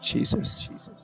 Jesus